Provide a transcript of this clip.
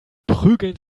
prügeln